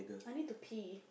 I need to pee